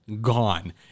Gone